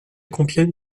compiègne